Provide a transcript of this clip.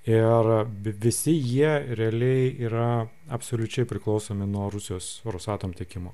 ir visi jie realiai yra absoliučiai priklausomi nuo rusijos rosatom tiekimo